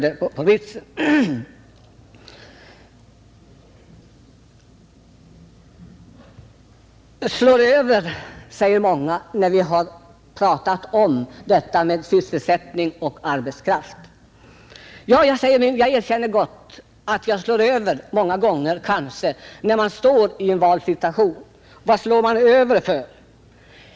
Ni slår över, säger många, när vi har pratat om detta med sysselsättning och kanske arbetskraft. Jag erkänner gärna att jag slår över många gånger. Dessutom står vi en valsituation. Varför slår man över?